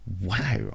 wow